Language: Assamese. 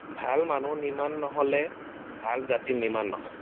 ভাল মানুহ নিৰ্মাণ নহ'লে ভাল জাতি নিৰ্মাণ নহয়